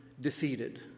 defeated